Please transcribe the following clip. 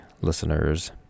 listeners